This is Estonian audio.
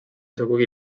sugugi